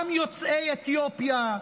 גם יוצאי אתיופיה,